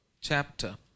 chapter